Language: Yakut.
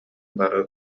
бары